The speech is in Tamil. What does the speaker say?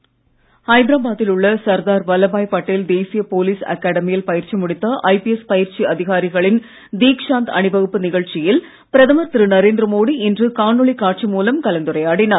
மோடி போலீஸ் ஐதராபாத்தில் உள்ள சர்தார் வல்லப்பாய் பட்டேல் தேசிய போலீஸ் அகாடமியில் பயிற்சி முடித்த ஐபிஎஸ் பயிற்சி அதிகாரிகளின் தீச்ஷாந்த் அணிவகுப்பு நிகழ்ச்சியில் பிரதமர் திரு நரேந்திர மோடி இன்று காணொளி காட்சி மூலம் கலந்துரையாடினார்